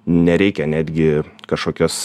nereikia netgi kažkokias